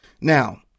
Now